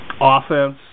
Offense